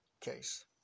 case